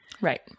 Right